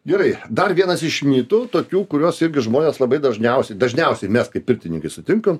gerai dar vienas iš mitų tokių kuriuos irgi žmonės labai dažniausiai dažniausiai mes kaip pirtininkai sutinkam